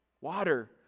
water